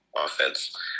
offense